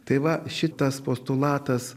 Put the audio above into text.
tai va šitas postulatas